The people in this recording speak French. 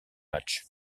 matchs